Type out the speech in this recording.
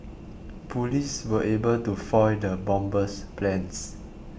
police were able to foil the bomber's plans